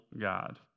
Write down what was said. God